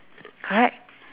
correct